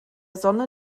sonne